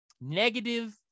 negative